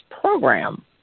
program